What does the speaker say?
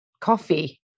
Coffee